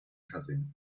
cousin